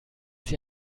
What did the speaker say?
sie